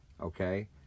okay